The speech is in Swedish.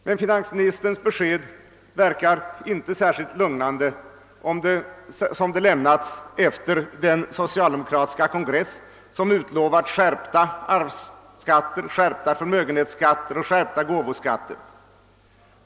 Men finansministerns besked verkar inte särskilt lugnande, eftersom det lämnats efter den socialdemokratiska kongress som utlovat skärpta arvsskatter, skärpta förmögenhetsskatter och skärpta gåvoskatter.